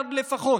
מיליארד לפחות.